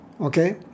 okay